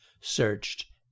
searched